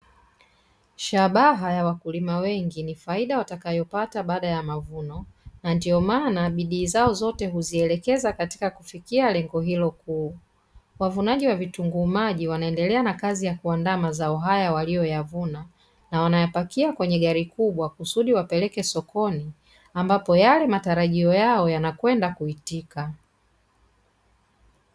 Shabaha ya wakulima wengi ni faida watakayopata baada ya mavuno na ndio maana bidii zao zote huzielekeza katika kufikia lengo hilo kuu, wavunaji wa vitunguu maji wanaendelea na kazi ya kuandaa mazao haya waliyoyavuna na wanayapakia kwenye gari kubwa kusudi wapeleke sokoni ambapo yale matarajio yao yanakwenda kuitika.